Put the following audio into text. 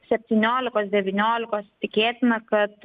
septyniolikos devyniolikos tikėtina kad